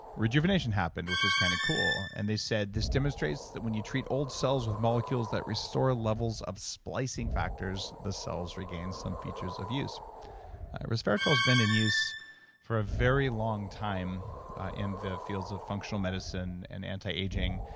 rejuvenation happened, which is kind of cool, and they said this demonstrates that when you treat old cells with molecules that restore levels of splicing factors, the cells regain some features of use resveratrol's been in use for a very long time in the fields of functional medicine and anti-aging,